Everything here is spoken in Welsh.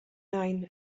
nain